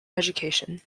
education